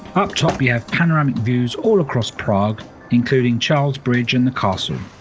up top you have panoramic views all across prague including charles bridge in the castle.